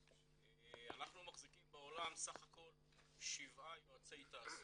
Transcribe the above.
אנחנו מחזיקים בעולם בסך הכל שבעה יועצי תעסוקה,